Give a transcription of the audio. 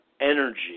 energy